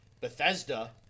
bethesda